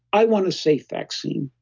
i want a safe vaccine.